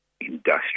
industrial